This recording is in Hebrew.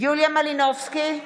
יוליה מלינובסקי קונין,